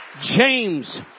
James